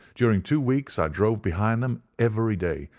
during two weeks i drove behind them every day,